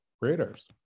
Raiders